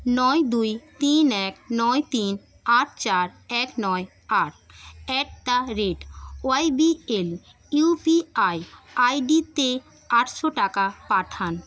নয় দুই তিন এক নয় তিন আট চার এক নয় আট at the rate Y B L U P I আইডিতে আটশো টাকা পাঠান